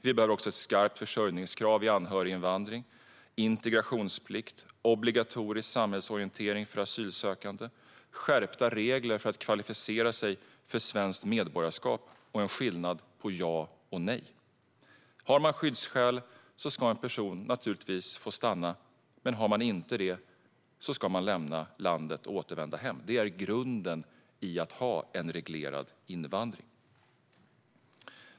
Vi behöver också ett skarpt försörjningskrav vid anhöriginvandring, integrationsplikt, obligatorisk samhällsorientering för asylsökande, skärpta regler för att kvalificera sig för svenskt medborgarskap och en skillnad på ja och nej. Personer som har skyddsskäl ska naturligtvis få stanna, men har de inte det ska de lämna landet och återvända hem. Detta är grunden i att ha en reglerad invandring.